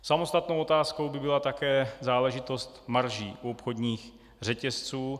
Samostatnou otázkou by byla také záležitost marží u obchodních řetězců.